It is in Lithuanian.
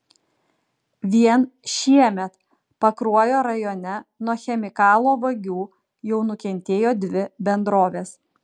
vien šiemet pakruojo rajone nuo chemikalų vagių jau nukentėjo dvi bendrovės